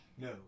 no